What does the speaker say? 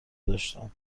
داشتم